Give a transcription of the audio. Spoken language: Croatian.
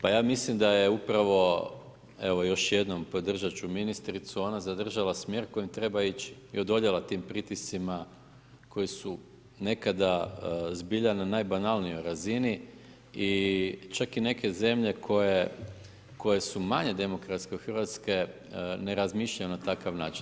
Ja mislim da je upravo evo još jednom, podržati ću ministricu, ona zadržava smjer kojim treba ići, i odoljela tim pritiscima, koji u nekada zbilja na najbanalnijoj razini i čak i neke zemlje, koje su manje demokratske od Hrvatske ne razmišljaju na takav način.